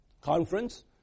conference